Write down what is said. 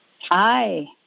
Hi